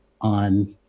on